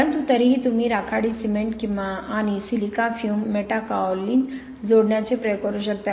परंतु तरीही तुम्ही राखाडी सिमेंट आणि सिलिका फ्युम मेटाकाओलिन जोडण्याचे प्रयोग करू शकता